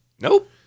Nope